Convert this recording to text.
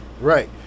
right